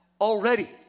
already